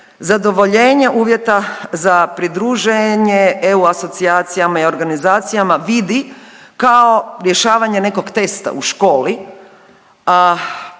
zadovoljenje uvjeta za pridruženje EU asocijacijama i organizacijama vidi kao rješavanje nekog testa u školi,